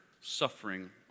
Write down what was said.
suffering